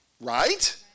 right